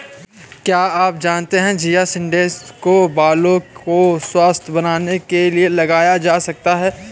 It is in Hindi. क्या आप जानते है चिया सीड्स को बालों को स्वस्थ्य बनाने के लिए लगाया जा सकता है?